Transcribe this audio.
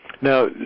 Now